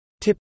Tip